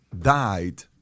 died